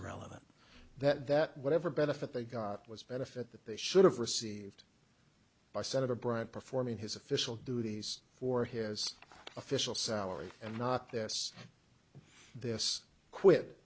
irrelevant that that whatever benefit they got was benefit that they should have received by senator bryan performing his official duties for his official salary and not this this quit